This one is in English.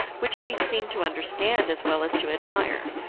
which she seemed to understand as well as to admire,